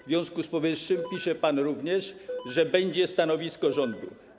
W związku z powyższym pisze pan również, że będzie stanowisko rządu.